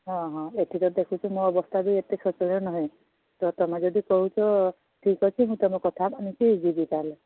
ହଁ ହଁ ଏଇଠି ତ ଦେଖୁଛ ମୋ ଅବସ୍ଥା ବି ଏତେ ଶୋଚନୀୟ ନୁହେଁ ତ ତୁମେ ଯଦି କହୁଛ ଠିକ୍ ଅଛି ମୁଁ କଥା ମାନିକି ଯିବି ତା'ହେଲେ